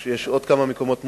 יש עוד כמה מקומות מוזנחים,